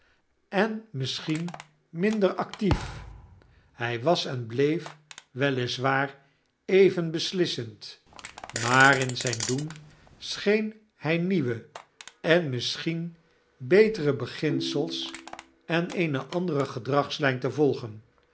en misschien minder actief hy was en bleef wel is waar even beslissend maar in zyn doen scheen hy nieuwe en misschien betere beginsels en eene andere gedragslijn te volgen